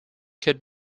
could